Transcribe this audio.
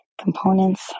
components